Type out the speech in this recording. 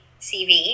CV